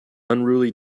unruly